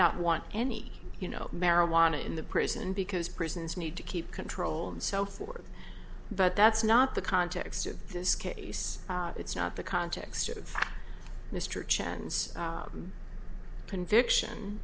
not want any you know marijuana in the prison because prisons need to keep control and so forth but that's not the context of this case it's not the context of mr chen's conviction